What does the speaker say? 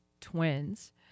twins